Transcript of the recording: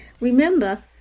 Remember